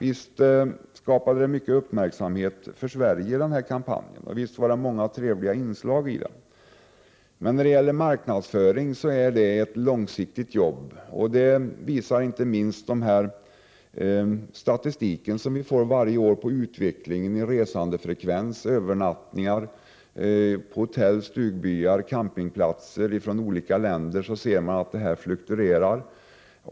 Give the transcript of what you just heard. Visst skapade denna kampanj mycket uppmärksamhet för Sverige, och visst fanns det många trevliga inslag i den, men marknadsföring är ett långsiktigt arbete, vilket inte minst framgår av den statistik som utkommer varje år om utveckling när det gäller resandefrekvens, antal övernattningar på hotell, i stugbyar och på campingplatser i olika länder. Man ser då att dessa uppgifter fluktuerar.